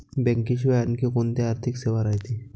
बँकेशिवाय आनखी कोंत्या आर्थिक सेवा रायते?